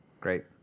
Great